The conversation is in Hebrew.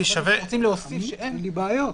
--- בועז,